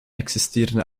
existieren